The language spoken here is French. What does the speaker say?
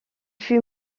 fut